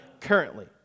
currently